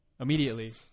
immediately